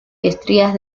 estrías